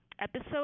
episode